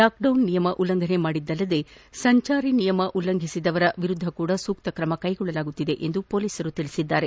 lockdown ನಿಯಮ ಉಲ್ಲಂಘನೆ ಮಾಡಿದ್ದಲ್ಲದೇ ಸಂಚಾರಿ ನಿಯಮ ಉಲ್ಲಂಘನೆ ಮಾಡಿದವರ ವಿರುದ್ಧವೂ ಸೂಕ್ತ ಕ್ರಮ ಕೈಗೊಳ್ಳಲಾಗುತ್ತದೆ ಎಂದು ಪೊಲೀಸರು ತಿಳಿಸಿದ್ದಾರೆ